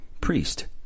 priest